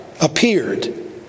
appeared